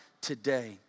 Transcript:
today